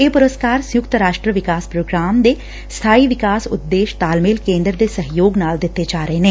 ਇਹ ਪੁਰਸਕਾਰ ਸੰਯੁਕਤ ਰਾਸਟਰ ਵਿਕਾਸ ਪ੍ਰੋਗਰਾਮ ਦੇ ਸਬਾਈ ਵਿਕਾਸ ਉਦੇਸ਼ ਤਾਲਮੇਲ ਕੇਂਦਰ ਦੇ ਸਹਿਯੋਗ ਨਾਲ ਦਿੱਤੇ ਜਾ ਰਹੇ ਨੇ